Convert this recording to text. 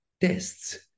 tests